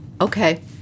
Okay